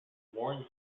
warren